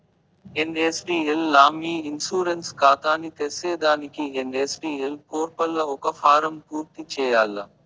NSDL లా మీ insurance కాతాని తెర్సేదానికి ఎన్.ఎస్.డి.ఎల్ పోర్పల్ల ఒక ఫారం పూర్తి చేయాల్ల